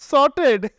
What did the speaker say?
Sorted